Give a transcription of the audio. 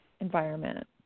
environment